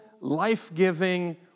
life-giving